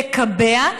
לקבע,